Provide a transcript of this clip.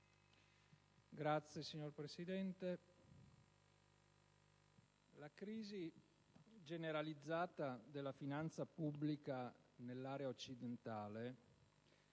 *(PD)*. Signor Presidente, la crisi generalizzata della finanza pubblica nell'area occidentale